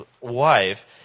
wife